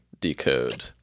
decode